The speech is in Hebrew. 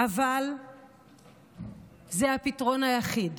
אבל זה הפתרון היחיד.